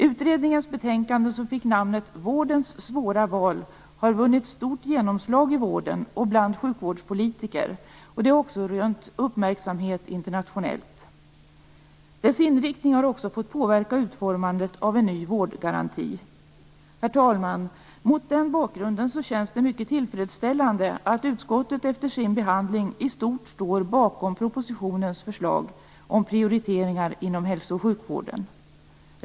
Utredningens betänkande, som fick namnet Vårdens svåra val, har vunnit stort genomslag i vården och bland sjukvårdspolitiker. Det har också rönt uppmärksamhet internationellt. Dess inriktning har också fått påverka utformandet av en ny vårdgaranti. Herr talman! Mot den bakgrunden känns det mycket tillfredsställande att utskottet efter sin behandling i stort står bakom propositionens förslag om prioriteringar inom hälso och sjukvården.